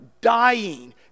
dying